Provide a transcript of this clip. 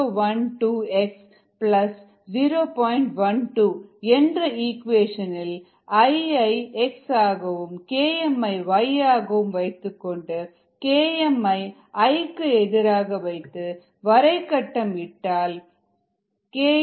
12என்ற equation இல் I ஐ x ஆகவும் Km ஐ yஆகவும் வைத்துக் கொண்டு Kmஐ I க்கு எதிராக வைத்து வரை கட்டம் இட்டால் Km0